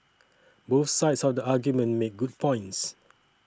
both sides of the argument make good points